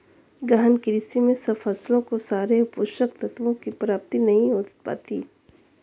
गहन कृषि में सब फसलों को सारे पोषक तत्वों की प्राप्ति नहीं हो पाती